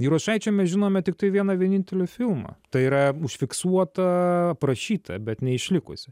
jurašaičio mes žinome tiktai vieną vienintelį filmą tai yra užfiksuotą aprašytą bet neišlikusį